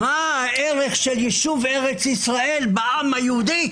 מה הערך של ישוב ארץ ישראל בעם היהודי?